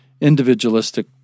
individualistic